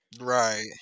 Right